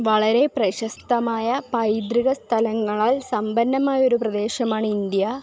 വളരെ പ്രശസ്തമായ പൈതൃക സ്ഥലങ്ങളാൽ സമ്പന്നമായ ഒരു പ്രദേശമാണ് ഇന്ത്യ